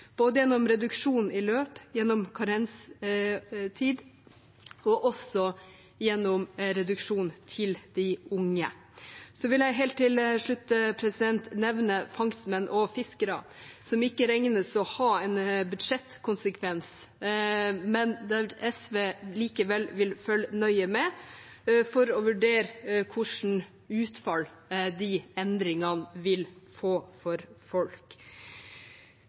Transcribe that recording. både gjennom reduksjon i løp, gjennom karenstid og gjennom reduksjon til de unge. Så vil jeg helt til slutt nevne fangstmenn og fiskere, som ikke regnes å ha en budsjettkonsekvens, men der SV likevel vil følge nøye med for å vurdere hvilke utfall endringene vil få for folk.